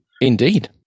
Indeed